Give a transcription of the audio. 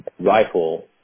rifle